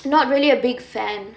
not really a big fan